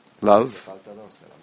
Love